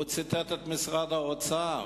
הוא ציטט את משרד האוצר,